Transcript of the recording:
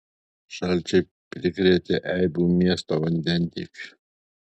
šalčiai prikrėtė eibių miesto vandentiekiui